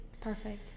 perfect